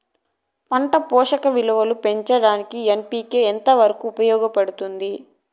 పంట పోషక విలువలు పెంచడానికి ఎన్.పి.కె ఎంత వరకు ఉపయోగపడుతుంది